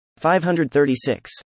536